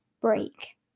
break